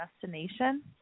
destination